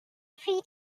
free